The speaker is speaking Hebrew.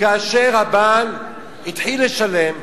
כאשר הבעל התחיל לשלם,